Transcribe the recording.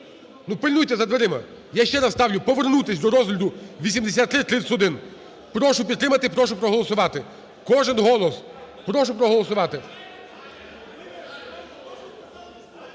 пильнуйте за дверима. Я ще раз ставлю повернутися до розгляду 8331. Прошу підтримати. Прошу проголосувати. Кожен голос! Прошу проголосувати.